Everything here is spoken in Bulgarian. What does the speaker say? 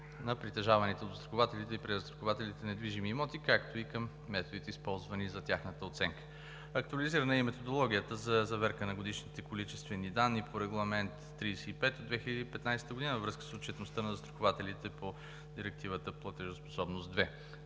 на притежаваните от застрахователите и презастрахователите недвижими имоти, както и към методите, използвани за тяхната оценка. Актуализирана е и Методологията за заверка на годишни количествени данни по Регламент № 35 от 2015 г. във връзка с отчетността на застрахователите по Директивата „Платежоспособност